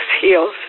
heals